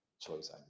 choice